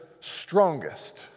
strongest